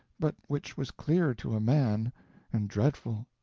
but which was clear to a man and dreadful.